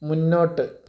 മുന്നോട്ട്